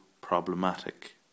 problematic